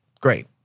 great